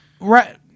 Right